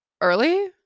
early